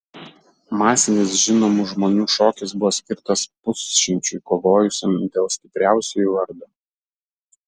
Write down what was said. masinis žinomų žmonių šokis buvo skirtas pusšimčiui kovojusiam dėl stipriausiųjų vardo